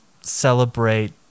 Celebrate